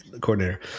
coordinator